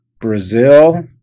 Brazil